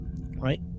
right